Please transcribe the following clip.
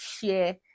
share